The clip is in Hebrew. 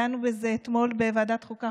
דנו בזה אתמול בוועדת החוקה,